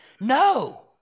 No